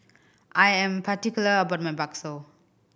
I am particular about my bakso